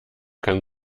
kann